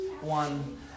one